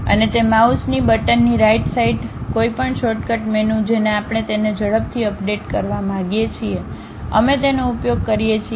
અને તે માઉસની બટનની રાઈટ સાઈડ કોઈપણ શોર્ટકટ મેનૂ જેને આપણે તેને ઝડપથી અપડેટ કરવા માંગીએ છીએ અમે તેનો ઉપયોગ કરીએ છીએ